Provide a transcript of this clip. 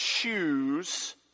choose